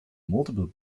multiple